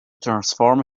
transform